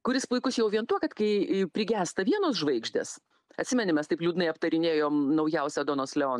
kuris puikus jau vien tuo kad kai i prigęsta vienos žvaigždės atsimeni mes taip liūdnai aptarinėjom naujausią donos leon